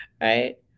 right